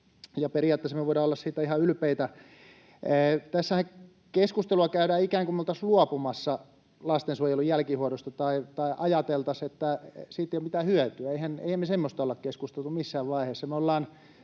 periaatteessa me voidaan olla siitä ihan ylpeitä. Tässä keskustelua käydään ikään kuin me oltaisiin luopumassa lastensuojelun jälkihoidosta tai ajateltaisiin, että siitä ei ole mitään hyötyä. Eihän me semmoista olla keskusteltu missään vaiheessa.